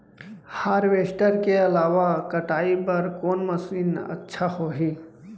Harvester के अलावा कटाई बर कोन मशीन अच्छा होही?